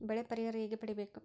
ಬೆಳೆ ಪರಿಹಾರ ಹೇಗೆ ಪಡಿಬೇಕು?